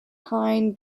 heine